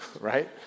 Right